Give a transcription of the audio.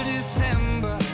December